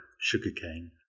sugarcane